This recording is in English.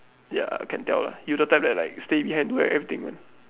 ya can tell lah you the type that like stay behind do everything one